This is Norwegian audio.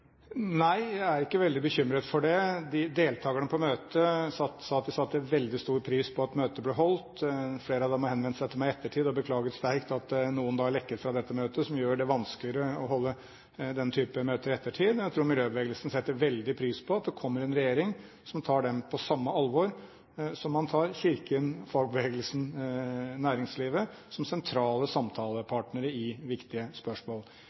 Nei, jeg er ikke veldig bekymret for det. Deltagerne på møtet sa at de satte veldig stor pris på at møtet ble holdt. Flere av dem har henvendt seg til meg i ettertid og beklaget sterkt at noen hadde lekket fra dette møtet, som gjør det vanskeligere å holde denne type møter i ettertid. Jeg tror miljøbevegelsen setter veldig pris på at det kommer en regjering som tar dem på samme alvor som man tar Kirken, fagbevegelsen og næringslivet som sentrale samtalepartnere i viktige spørsmål. Det vil selvsagt alltid være et gi-og-ta i slike spørsmål,